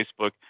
Facebook